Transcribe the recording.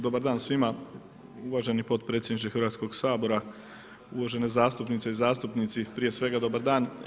Dobar dan svima, uvaženi potpredsjedniče Hrvatskog sabora, uvažene zastupnice i zastupnici, prije svega dobar dan.